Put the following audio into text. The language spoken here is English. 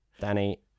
Danny